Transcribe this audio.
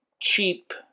cheap